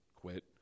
quit